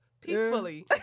peacefully